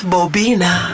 Bobina